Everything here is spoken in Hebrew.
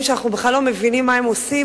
שאנחנו בכלל לא מבינים מה הם עושים,